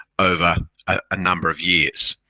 over a number of years.